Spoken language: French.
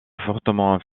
fortement